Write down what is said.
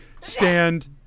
stand